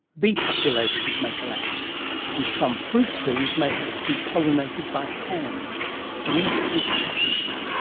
bee populations may collapse and some fruit trees may have to be polinated by hand yes, it's happened.